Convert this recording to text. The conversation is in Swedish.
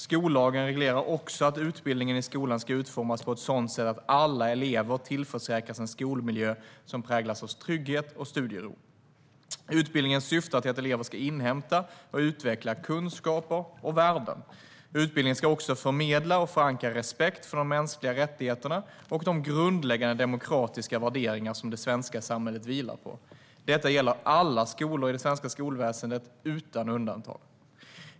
Skollagen reglerar också att utbildningen i skolan ska utformas på ett sådant sätt att alla elever tillförsäkras en skolmiljö som präglas av trygghet och studiero. Utbildningen syftar till att elever ska inhämta och utveckla kunskaper och värden. Utbildningen ska också förmedla och förankra respekt för de mänskliga rättigheterna och de grundläggande demokratiska värderingar som det svenska samhället vilar på. Detta gäller alla skolor i det svenska skolväsendet, utan undantag.